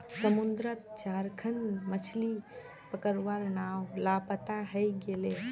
समुद्रत चार खन मछ्ली पकड़वार नाव लापता हई गेले